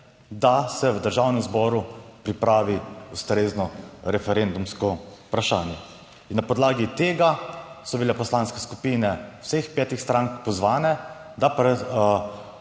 da se v Državnem zboru pripravi ustrezno referendumsko vprašanje. In na podlagi tega so bile poslanske skupine vseh petih strank pozvane, da